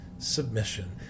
Submission